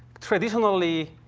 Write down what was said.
traditionally,